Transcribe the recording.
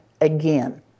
again